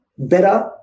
Better